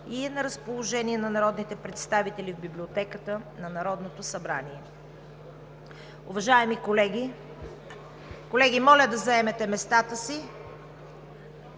е на разположение на народните представители в Библиотеката на Народното събрание. Уважаеми колеги, моля да заемете местата си!